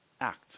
act